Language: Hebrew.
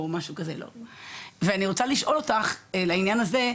או משהו כזה ואני רוצה לשאול אותך לעניין הזה,